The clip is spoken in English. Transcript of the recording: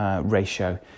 Ratio